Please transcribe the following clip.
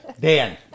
Dan